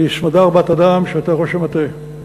לסמדר בת-אדם, שהייתה ראש המטה,